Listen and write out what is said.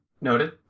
Noted